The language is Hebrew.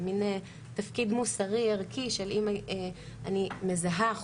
זה מין תפקיד מוסרי ערכי אם אני מזהה,